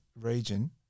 region